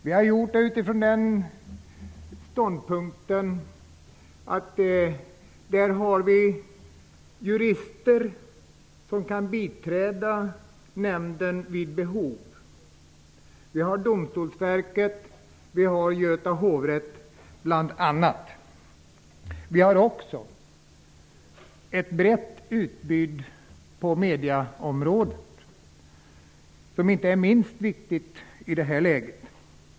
Vi har gjort det utifrån ståndpunkten att det där finns jurister som kan biträda nämnden vid behov. Där finns bl.a. Domstolsverket och Göta hovrätt. Där finns också ett brett utbud på medieområdet. Det är inte minst viktigt i detta läge.